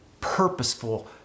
purposeful